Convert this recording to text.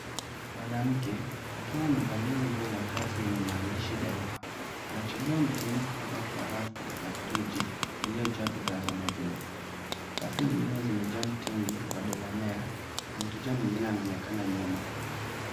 Mwanamke akiwa amevalia nguo ya kazi yenye maandishi Daima. Anachagua mtindi kutoka kwa rafu ya friji iliyojaa bidhaa za maziwa. Rafu nyingine zimejaa mtindi wa Delamere na mteja mwingine anaonekana nyuma.